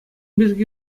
пирки